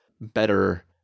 better